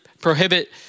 prohibit